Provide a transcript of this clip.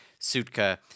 Sutka